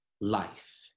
life